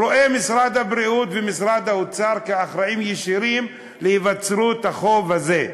רואה את משרד הבריאות ומשרד האוצר כאחראים ישירים להיווצרות החוב הזה.